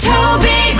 Toby